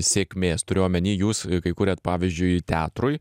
sėkmės turiu omeny jūs kai kuriat pavyzdžiui teatrui